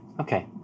Okay